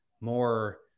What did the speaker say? more